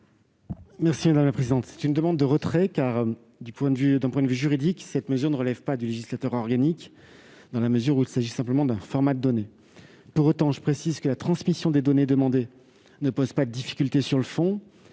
projet de loi de finances. Quel est l'avis du Gouvernement ? D'un point de vue juridique, cette mesure ne relève pas du législateur organique, dans la mesure où il s'agit simplement d'un format de données. Pour autant, je précise que la transmission des données demandées ne pose pas de difficultés sur le fond